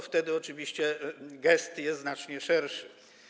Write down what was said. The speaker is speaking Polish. Wtedy oczywiście gest jest znacznie szerszy.